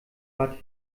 bad